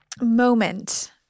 moment